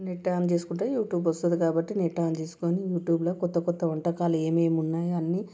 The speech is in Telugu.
నెట్ ఆన్ చేసుకుంటే యూట్యూబ్ వస్తుంది కాబట్టి నెట్ ఆన్ చేసుకుని యూట్యూబ్లో కొత్త కొత్త వంటకాలు ఏమేమి ఉన్నాయో అన్నీ